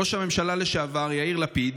ראש הממשלה לשעבר יאיר לפיד,